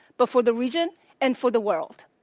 but for the region and for the world.